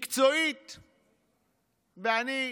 מקצועית ואני,